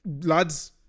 lads